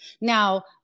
Now